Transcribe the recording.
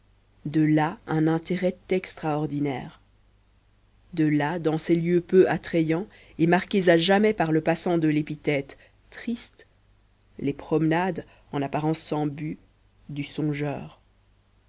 de là un intérêt extraordinaire de là dans ces lieux peu attrayants et marqués à jamais par le passant de l'épithète triste les promenades en apparence sans but du songeur